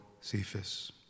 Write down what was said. Cephas